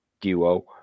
duo